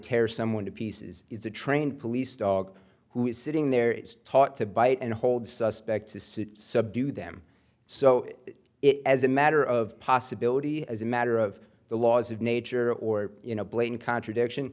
tear someone to pieces is a trained police dog who is sitting there is taught to bite and hold suspect subdue them so it as a matter of possibility as a matter of the laws of nature or you know blatant contradiction